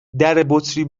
دربطری